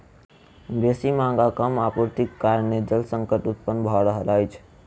बेसी मांग आ कम आपूर्तिक कारणेँ जल संकट उत्पन्न भ रहल अछि